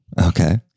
Okay